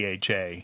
DHA